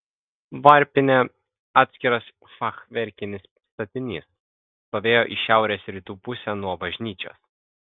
varpinė atskiras fachverkinis statinys stovėjo į šiaurės rytų pusę nuo bažnyčios